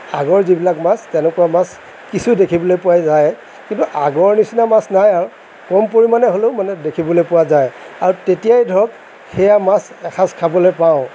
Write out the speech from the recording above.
আগৰ যিবিলাক মাছ তেনেকুৱা মাছ কিছু দেখিবলৈ পোৱা যায় কিন্তু আগৰ নিছিনা মাছ নাই আৰু কম পৰিমাণে হ'লেও মানে দেখিবলৈ পোৱা যায় আৰু তেতিয়াই ধৰক সেয়া মাছ এসাঁজ খাবলৈ পাওঁ